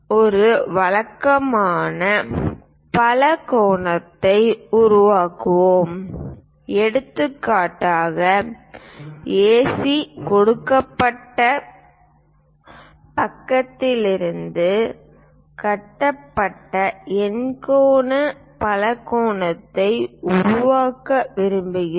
ஒரு வழக்கமான பலகோணத்தை உருவாக்குவோம் எடுத்துக்காட்டாக ஏசி கொடுக்கப்பட்ட பக்கத்திலிருந்து கட்டப்பட்ட எண்கோண பலகோணத்தை உருவாக்க விரும்புகிறோம்